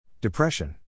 Depression